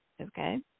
Okay